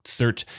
search